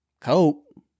Cope